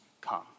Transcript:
come